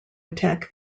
attack